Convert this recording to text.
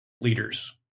leaders